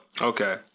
Okay